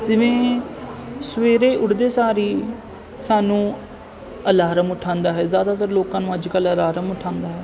ਜਿਵੇਂ ਸਵੇਰੇ ਉੱਠਦੇ ਸਾਰ ਹੀ ਸਾਨੂੰ ਅਲਾਰਮ ਉਠਾਉਂਦਾ ਹੈ ਜ਼ਿਆਦਾਤਰ ਲੋਕਾਂ ਨੂੰ ਅੱਜ ਕੱਲ੍ਹ ਅਲਾਰਮ ਉਠਾਉਂਦਾ ਹੈ